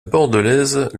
bordelaise